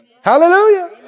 Hallelujah